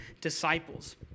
disciples